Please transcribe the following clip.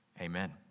Amen